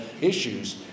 issues